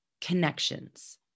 connections